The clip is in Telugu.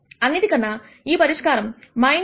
అన్నిటికన్నా ఈ పరిష్కారం 0